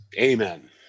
Amen